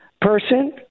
person